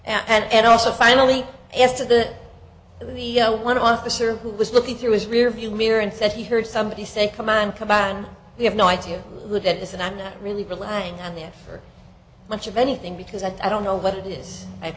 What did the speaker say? that and also finally after the the one officer who was looking through his rearview mirror and said he heard somebody say command combine we have no idea who that is and i'm not really rely on yes for much of anything because i don't know what it is i have